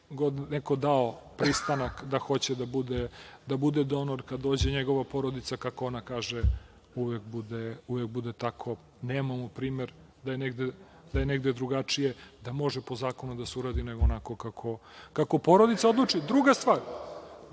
je dao pristanak da hoće da bude donor kad dođe njegova porodica kako ona kaže uvek bude tako. Nemamo primer da je negde drugačije, da može po zakonu da se uradi, nego onako kako porodica odluči. Druga stvar,